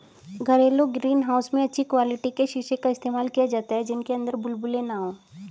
घरेलू greenhouse में अच्छी क्वालिटी के शीशे का इस्तेमाल किया जाता है जिनके अंदर बुलबुले ना हो